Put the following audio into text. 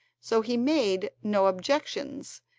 so he made no objections,